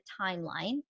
timeline